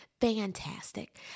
Fantastic